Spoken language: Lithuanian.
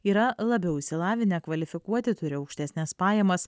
yra labiau išsilavinę kvalifikuoti turi aukštesnes pajamas